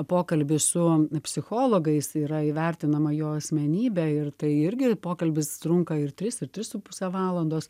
pokalbį su psichologais yra įvertinama jo asmenybė ir tai irgi pokalbis trunka ir tris ir tris su puse valandos